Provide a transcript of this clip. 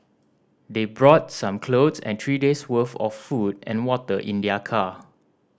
they brought some clothes and three days' worth of food and water in their car